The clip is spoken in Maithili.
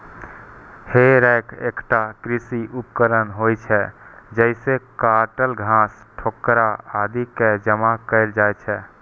हे रैक एकटा कृषि उपकरण होइ छै, जइसे काटल घास, ठोकरा आदि कें जमा कैल जाइ छै